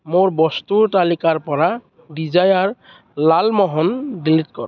মোৰ বস্তুৰ তালিকাৰ পৰা ডিজায়াৰ লালমোহন ডিলিট কৰ